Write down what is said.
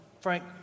Frank